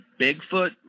Bigfoot